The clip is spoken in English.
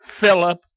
Philip